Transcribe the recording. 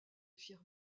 firent